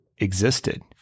existed